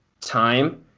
time